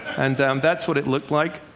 and that's what it looked like.